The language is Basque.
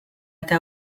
eta